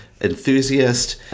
enthusiast